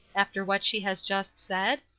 after what she has just said?